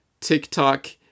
TikTok